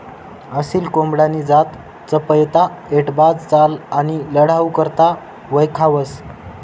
असील कोंबडानी जात चपयता, ऐटबाज चाल आणि लढाऊ करता वयखावंस